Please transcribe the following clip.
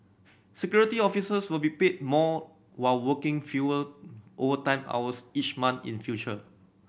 Security Officers will be paid more while working fewer overtime hours each month in future